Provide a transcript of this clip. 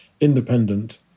independent